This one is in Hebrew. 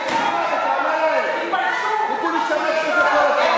רק בושה,